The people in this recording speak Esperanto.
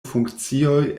funkcioj